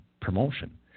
promotion